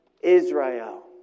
Israel